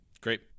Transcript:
Great